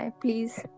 Please